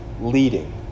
leading